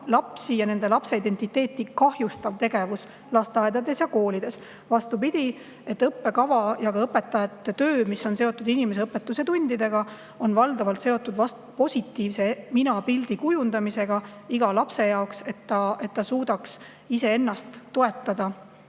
lapsi ja nende lapseidentiteeti kahjustavat tegevust lasteaedades ja koolides. Vastupidi, õppekava ja õpetajate töö, mis on seotud inimeseõpetuse tundidega, on valdavalt seotud positiivse minapildi kujundamisega iga lapse jaoks, et ta suudaks iseennast ka